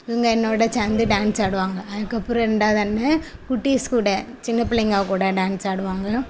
இவங்க என்னோடு சேர்ந்து டான்ஸ் ஆடுவாங்க அதுக்கப்பறம் ரெண்டாவது அண்ணன் குட்டீஸ் கூட சின்னப்பிள்ளைங்க கூட டான்ஸ் ஆடுவாங்க